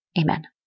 Amen